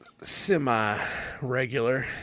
semi-regular